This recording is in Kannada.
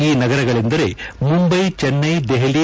ಆ ನಗರಗಳೆಂದರೆ ಮುಂಬೈ ಚೆನ್ನೈ ದೆಹಲಿ